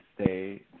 stay